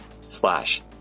slash